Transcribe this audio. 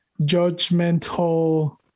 judgmental